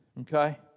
Okay